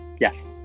Yes